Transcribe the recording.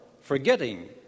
forgetting